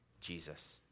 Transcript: Jesus